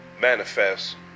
manifest